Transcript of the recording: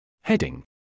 Heading